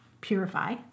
Purify